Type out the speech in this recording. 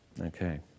Okay